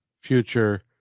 future